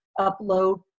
upload